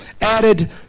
added